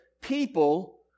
people